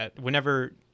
whenever